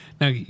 Now